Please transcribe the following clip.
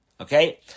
Okay